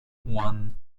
one